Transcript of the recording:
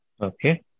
Okay